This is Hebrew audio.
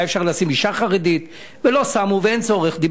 היה אפשר לשים אשה חרדית, ולא שמו, ואין צורך.